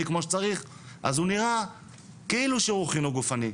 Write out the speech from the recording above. כמו שצריך אז הוא נהיה כאילו שיעור חינוך גופני.